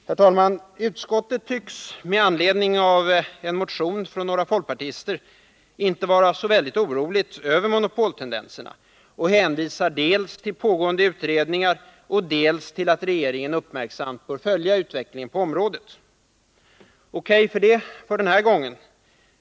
Herr talman! Utskottet tycks — enligt dess behandling av en motion från några folkpartister — inte vara så oroligt för monopoltendenserna och hänvisar dels till pågående utredningar, dels till att regeringen uppmärksamt bör följa utvecklingen på området. Det är O. K. för den här gången.